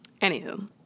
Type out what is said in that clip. Anywho